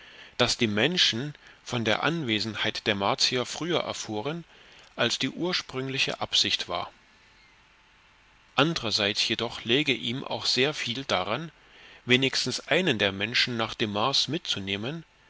daß die menschen von der anwesenheit der martier früher erführen als die ursprüngliche absicht war andrerseits jedoch läge ihm auch sehr viel daran wenigstens einen der menschen nach dem mars mitzunehmen